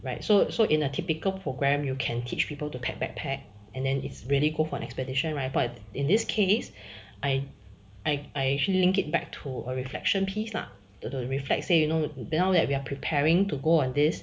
right so so in a typical program you can teach people to pack backpack and then it's really go for an expedition right but in this case I I I actually link it back to a reflection piece lah to to reflect say you know now that we are preparing to go on this